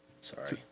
Sorry